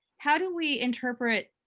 how do we interpret